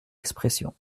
expression